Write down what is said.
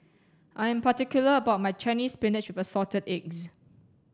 I'm particular about my Chinese spinach with assorted eggs